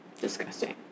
disgusting